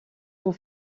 ont